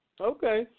Okay